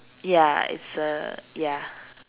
ya it's a ya